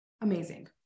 Amazing